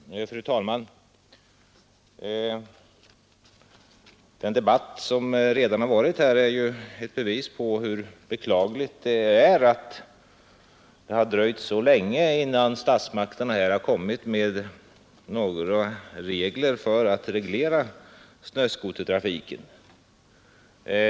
Körning i terräng Fru talman! Den debatt som hittills förts är ett bevis för hur ””ed motordrivet beklagligt det är att det dröjt så länge innan statsmakterna infört fordon bestämmelser för reglering av snöskotertrafiken.